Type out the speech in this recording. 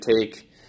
take